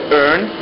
earn